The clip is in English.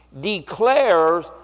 declares